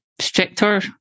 stricter